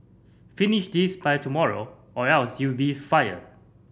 finish this by tomorrow or else you'll be fired